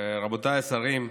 רבותיי השרים,